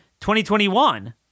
2021